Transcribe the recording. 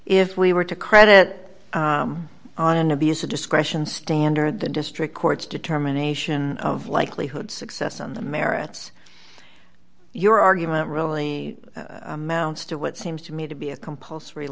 if we were to credit on an abuse of discretion standard the district courts determination of likelihood success on the merits your argument really amounts to what seems to me to be a compulsory